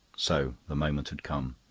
so the moment had come.